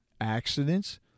accidents